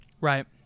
Right